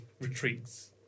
retreats